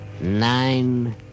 nine